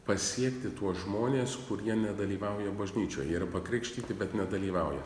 pasiekti tuos žmonės kurie nedalyvauja bažnyčioje jie yra pakrikštyti bet nedalyvauja